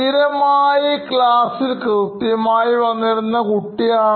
സ്ഥിരമായി ക്ലാസ്സിൽ കൃത്യമായി വന്നിരുന്നു കുട്ടിയാണ്